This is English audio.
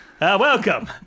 welcome